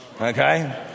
okay